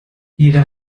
jeder